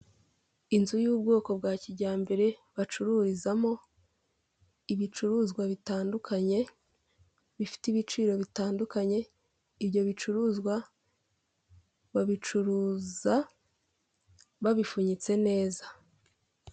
Inzu y'ubwoko bwa kijyambere bacururizamo ibicuruzwa bitandukanye bifite ibiciro bitandukanye ibyo bicuruzwa babicuruza babifunyitse neza.